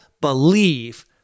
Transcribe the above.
believe